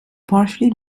partially